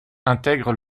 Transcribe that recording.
intègre